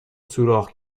سوراخ